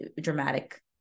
dramatic